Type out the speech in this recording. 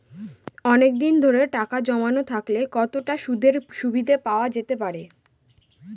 অনেকদিন ধরে টাকা জমানো থাকলে কতটা সুদের সুবিধে পাওয়া যেতে পারে?